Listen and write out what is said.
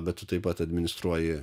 bet tu taip pat administruoji